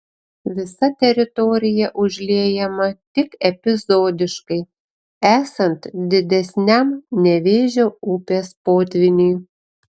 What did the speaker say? visa teritorija užliejama tik epizodiškai esant didesniam nevėžio upės potvyniui